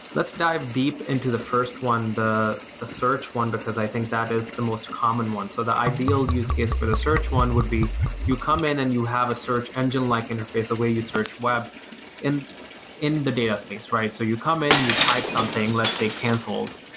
let's dive deep into the first one, the the search one, because i think that is the most common one. so the ideal use case for the search one would be you come in and you have a search engine like interface, the way you search web in in the data space. so you come in, you type something, let's say cancels.